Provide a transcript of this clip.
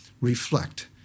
reflect